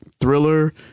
thriller